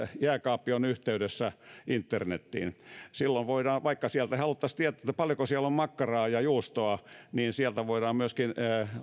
jääkaappi on yhteydessä internetiin silloin voidaan vaikka haluttaisiin tietää paljonko siellä on makkaraa ja juustoa myöskin